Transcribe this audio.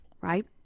Right